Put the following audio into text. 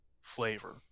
flavor